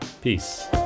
peace